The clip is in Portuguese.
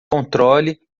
controle